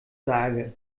sage